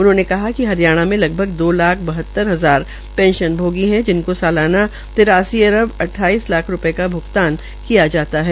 उन्होंने बताया कि हरियाणा में लगभग दो लाख बहतर हजारा पेंशन भोगी है जिनके सलाना तिरासी अरब अ्टठाइस लाख रूपये का भ्गतान किया जाता है